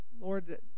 Lord